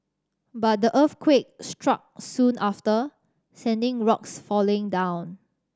but the earthquake struck soon after sending rocks falling down